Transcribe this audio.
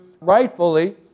rightfully